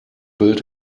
built